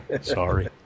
Sorry